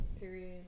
Period